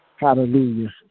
Hallelujah